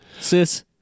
sis